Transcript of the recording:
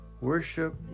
Worship